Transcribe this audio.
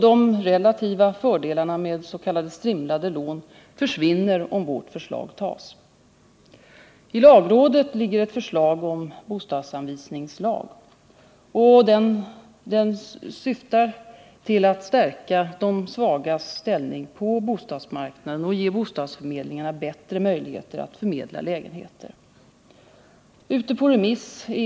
De relativa fördelarna med s.k. strimlade lån försvinner, om vårt förslag antas. I lagrådet ligger ett förslag till bostadsanvisningslag. Den syftar till att stärka de svagas ställning på bostadsmarknaden och ge bostadsförmedlingarna bättre möjligheter att förmedla lägenheter.